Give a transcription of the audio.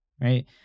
right